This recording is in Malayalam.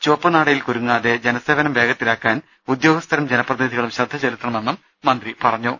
ചുവപ്പുനാടയിൽ കുരുങ്ങാതെ ജനസേവനം വേഗത്തിലാക്കാൻ ഉദ്യോഗ സ്ഥരും ജനപ്രതിനിധികളും ശ്രദ്ധ ചെലുത്തണമെന്നും മന്ത്രി പറഞ്ഞു